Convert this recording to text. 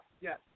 Yes